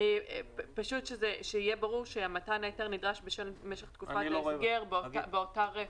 פשוט שיהיה ברור שמתן ההיתר נדרש בשל משך תקופת ההסגר באותה רפת.